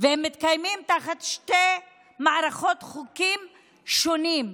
והם מתקיימים תחת שתי מערכות חוקים שונות.